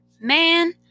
Man